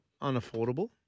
unaffordable